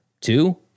Two